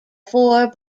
four